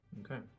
Okay